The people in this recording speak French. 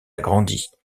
agrandit